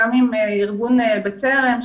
גם עם ארגון בטרם ,